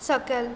सकयल